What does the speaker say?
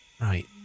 Right